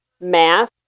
math